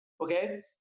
Okay